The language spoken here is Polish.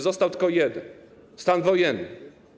Został tylko jeden - stan wojenny.